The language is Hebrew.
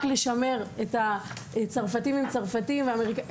לשמר את הצרפתים עם הצרפתים והאמריקאים עם האמריקאים.